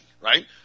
right